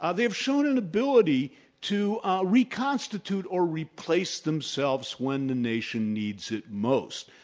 ah they've shown an ability to reconstitute or replace themselves when the nation needs it most.